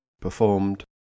Performed